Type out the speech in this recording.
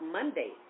Monday